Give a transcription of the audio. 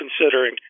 considering